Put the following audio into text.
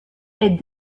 est